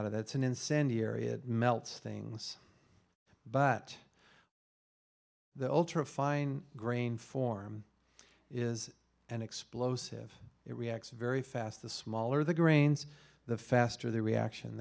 out of that's an incendiary it melts things but the ultra fine grain form is an explosive it reacts very fast the smaller the grains the faster the reaction